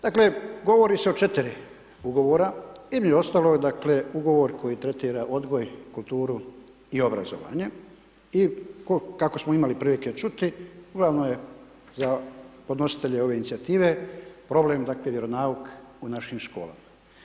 Dakle, govori se o 4 ugovora, između ostalog, dakle, ugovor koji tretira odgoj, kulturu i obrazovanje i kako smo imali prilike čuti, uglavnom je za podnositelje ove inicijative problem, dakle, vjeronauk u našim školama.